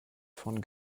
von